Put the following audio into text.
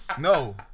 No